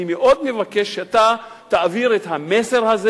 אני מאוד מבקש שאתה תעביר את המסר הזה,